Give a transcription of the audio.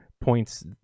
points